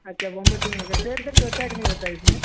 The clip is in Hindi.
अच्छा वोमिटिंग वग़ैरह पेट दर्द होता है कि नहीं होता है इस में